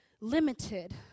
limited